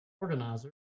organizer